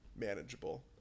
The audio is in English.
manageable